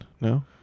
no